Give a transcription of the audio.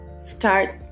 start